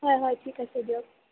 হয় হয় ঠিক আছে দিয়ক